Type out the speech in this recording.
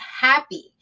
happy